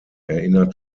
erinnert